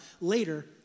later